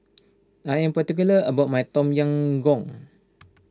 I am particular about my Tom Yam Goong